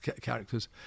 characters